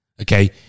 okay